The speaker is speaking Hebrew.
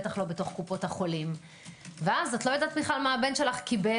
בטח לא בתוך קופות החולים ואת לא יודעת מה הילד קיבל,